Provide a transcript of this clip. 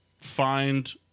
find